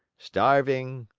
starving!